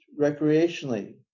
recreationally